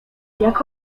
jak